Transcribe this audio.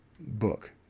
book